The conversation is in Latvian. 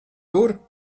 tur